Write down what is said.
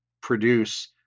produce